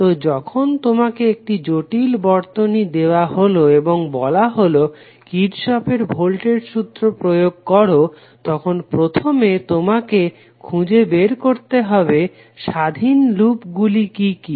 তো যখন তোমাকে একটি জটিল বর্তনী দেওয়া হলো এবং বলা হলো কির্শফের ভোল্টেজ সূত্র প্রয়গ করো তখন প্রথমে তোমাকে খুঁজে বের করতে হবে স্বাধীন লুপ গুলি কি কি